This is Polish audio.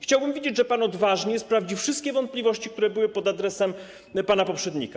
Chciałbym wiedzieć, że pan odważnie sprawdzi wszystkie wątpliwości, które były pod adresem pana poprzednika.